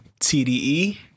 TDE